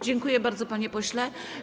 Dziękuję bardzo, panie pośle.